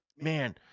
man